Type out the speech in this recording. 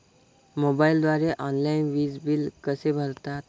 मोबाईलद्वारे ऑनलाईन वीज बिल कसे भरतात?